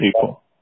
people